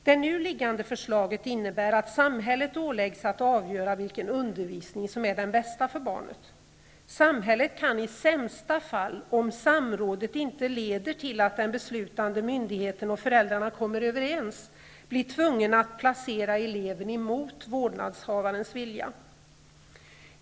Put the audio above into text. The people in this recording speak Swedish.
Det nu liggande förslaget innebär att samhället åläggs att avgöra vilken undervisning som är den bästa för barnet. Samhället kan i sämsta fall, om samrådet inte leder till att den beslutande myndigheten och föräldrarna kommer överens, tvingas att placera eleven mot vårdnadshavarens vilja.